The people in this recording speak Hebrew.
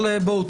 אבל בואו,